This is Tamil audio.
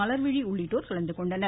மலர்விழி உள்ளிட்டோர் கலந்துகொண்டனர்